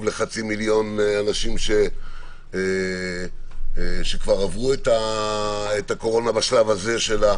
לחצי מיליון אנשים שכבר עברו את הקורונה בשלב הזה של,